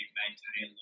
maintain